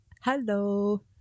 hello